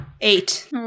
eight